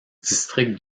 district